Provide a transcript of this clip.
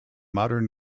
modern